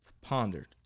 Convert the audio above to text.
pondered